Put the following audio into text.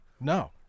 No